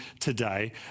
today